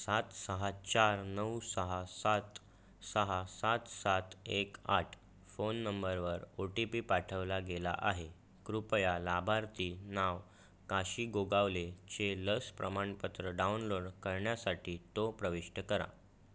सात सहा चार नऊ सहा सात सहा सात सात एक आठ फोन नंबरवर ओ टी पी पाठवला गेला आहे कृपया लाभार्थी नाव काशी गोगावलेचे लस प्रमाणपत्र डाउनलोड करण्यासाठी तो प्रविष्ट करा